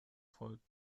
folgt